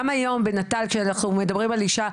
גם היום בנטל כשאנחנו מדברים על אישה,